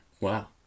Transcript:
Wow